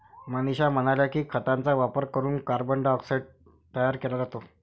मनीषा म्हणाल्या की, खतांचा वापर करून कार्बन डायऑक्साईड तयार केला जातो